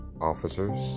officers